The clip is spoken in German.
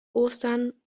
ostern